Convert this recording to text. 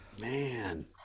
Man